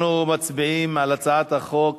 אנחנו מצביעים על הצעת החוק